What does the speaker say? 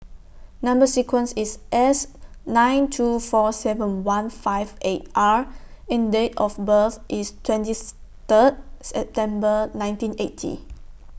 Number sequence IS S nine two four seven one five eight R and Date of birth IS twenty Third September nineteen eighty